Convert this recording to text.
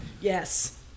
Yes